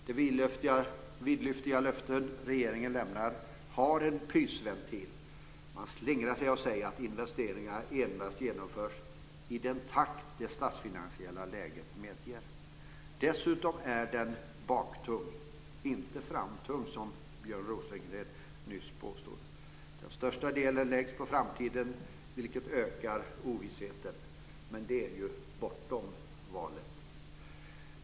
De vidlyftiga löften regeringen lämnar har en pysventil där man slingrar sig och säger att investeringarna endast genomförs "i den takt det statsfinansiella läget medger". Dessutom är den "baktung", inte "framtung" som Björn Rosengren nyss påstod. Den största delen läggs på framtiden, vilket ökar ovissheten. Men det är ju bortom valet!